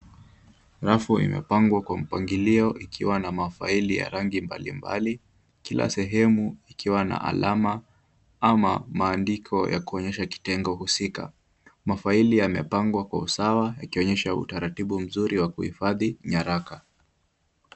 Rafu imepangwa kwa mpangilio ikiwa na mafaili ya rangi mbalimbali, Kila sehemu ikiwa na alama ama maandiko ya kuonyesha kitengo husika. Mafaili yamepangwa kwa usawa yakionyesha utaratibu mzuri wa kuhifadhi nyaraka.